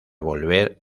volver